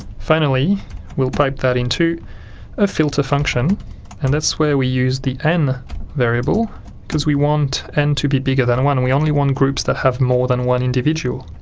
finally we'll pipe that into a filter function and that's where we use the n variable because we want n to be bigger than one, and we only want groups that have more than one individual.